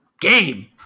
Game